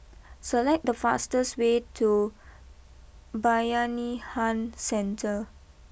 select the fastest way to Bayanihan Centre